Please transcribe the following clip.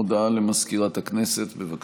הודעה למזכירת הכנסת, בבקשה.